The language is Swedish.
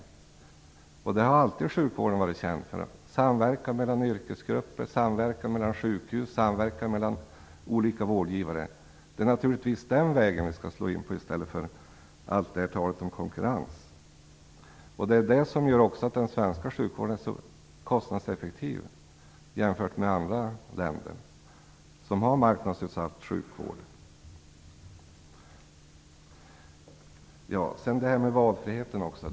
Sjukvården har alltid varit känd för samverkan mellan yrkesgrupper, mellan sjukhus och mellan olika vårdgivare. Det är naturligtvis den vägen vi skall slå in på i stället för allt tal om konkurrens. Det är samverkan som också gör den svenska sjukvården så kostnadseffektiv jämfört med andra länder som har marknadsutsatt sjukvård. Sedan över till detta med valfriheten.